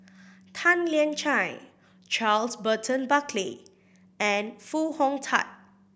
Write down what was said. Tan Lian Chye Charles Burton Buckley and Foo Hong Tatt